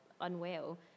unwell